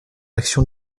action